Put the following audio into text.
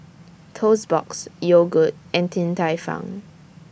Toast Box Yogood and Din Tai Fung